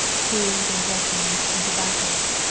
food and dressings and tobacco.